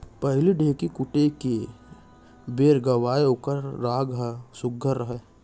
पहिली ढ़ेंकी कूटे के बेर गावयँ ओकर राग ह सुग्घर रहय